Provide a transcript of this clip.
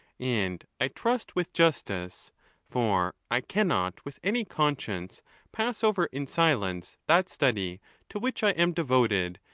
and i trust with justice for i cannot with any conscience pass over in silence that study to which i am devoted,